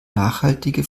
nachhaltige